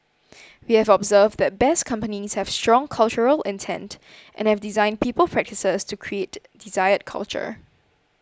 we have observed that Best Companies have strong cultural intent and have designed people practices to create desired culture